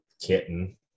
kitten